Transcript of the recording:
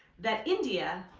that india,